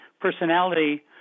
personality